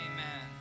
Amen